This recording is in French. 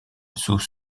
sous